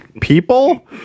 people